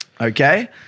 Okay